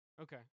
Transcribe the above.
Okay